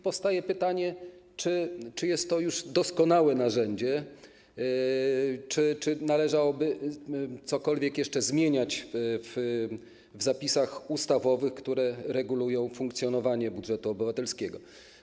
Powstaje pytanie, czy jest to już doskonałe narzędzie, czy też należałoby cokolwiek jeszcze zmieniać w zapisach ustawowych, które regulują funkcjonowanie budżetu obywatelskiego.